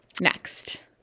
Next